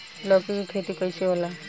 लौकी के खेती कइसे होला?